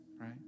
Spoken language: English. right